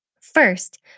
First